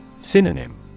Synonym